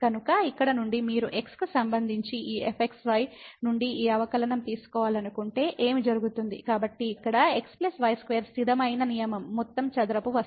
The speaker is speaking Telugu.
కాబట్టి ఇక్కడ నుండి మీరు x కు సంబంధించి ఈ fxy నుండి ఈ అవకలనం తీసుకోవాలనుకుంటే ఏమి జరుగుతుంది కాబట్టి ఇక్కడ x y2 స్థిరమైన నియమం మొత్తం చదరముగా వస్తుంది